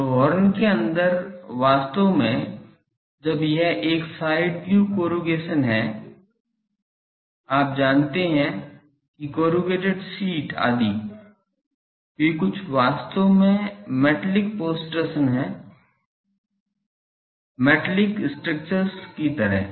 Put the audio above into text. तो हॉर्न के अंदर वास्तव में जब यह एक साइड व्यू कोरूगेशन है आप जानते हैं कि कोरूगेटेड शीट आदि ये कुछ वास्तव में मैटेलिक प्रोट्रशन हैं मैटेलिक स्ट्रक्चर्स की तरह